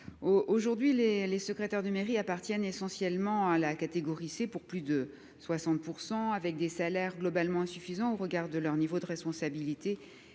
Aujourd'hui les les secrétaires de mairie appartiennent essentiellement à la catégorie C pour plus de 60% avec des salaires globalement insuffisant au regard de leur niveau de responsabilité